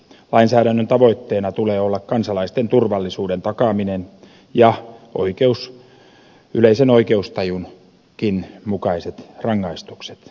lainsäädännön tavoitteena tulee olla kansalaisten turvallisuuden takaaminen ja yleisen oikeustajunkin mukaiset rangaistukset